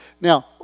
Now